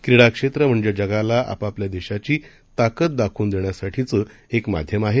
क्रीडा क्षेत्र म्हणजे जगाला आपापल्या देशाची ताकद दाखवून देण्यासाठीचं क्रि माध्यम आहे